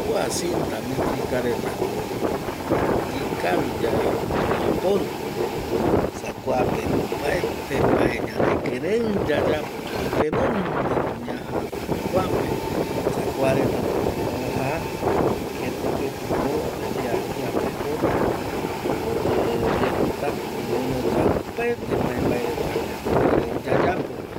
Kua cinta metrika retako ikaviyae oyeporu esa kuapeko opaete mbae ñanekirei yayapova tenondeko ñajata kuape, esa kuaretamako oja keti ketiko, kiakiapeko oyepita oñeñonota opaete mbae mbae reta ñanekirei yayapova